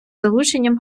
залученням